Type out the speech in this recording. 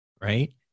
right